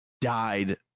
died